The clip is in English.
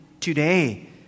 today